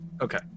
okay